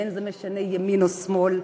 ואין זה משנה ימין או שמאל.